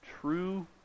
true